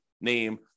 name